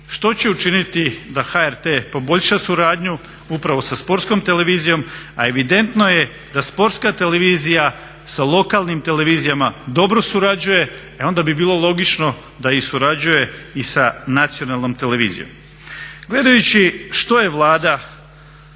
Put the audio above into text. što će učiniti da HRT poboljša suradnju upravo sa sportskom televizijom, a evidentno je da sportska televizija sa lokalnim televizijama dobro surađuje. E onda bi bilo logično da i surađuje sa nacionalnom televizijom. Gledajući što je Vlada